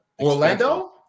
Orlando